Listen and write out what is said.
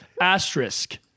Asterisk